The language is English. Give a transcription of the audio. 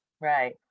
Right